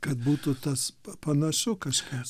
kad būtų tas panašu kažkas